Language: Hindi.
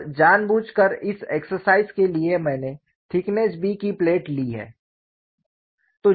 और जानबूझ कर इस एक्सरसाइज के लिए मैंने थिकनेस B की प्लेट ली है